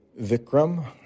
Vikram